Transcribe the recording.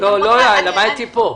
למדתי כאן.